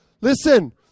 Listen